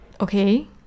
Okay